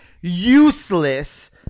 useless